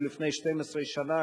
אם לפני 12 שנה,